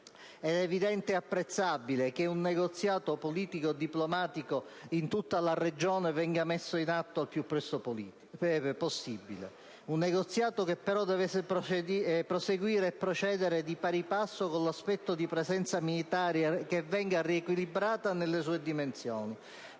È evidente ed apprezzabile che un negoziato politico-diplomatico in tutta la regione venga messo in atto al più presto possibile; un negoziato che però deve proseguire e procedere di pari passo con una presenza militare riequilibrata nelle sue dimensioni